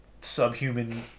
subhuman